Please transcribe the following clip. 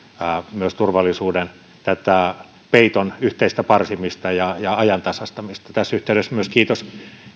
myös turvallisuuden peiton yhteistä parsimista ja ja ajantasaistamista tässä yhteydessä myös kiitos